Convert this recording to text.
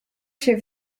się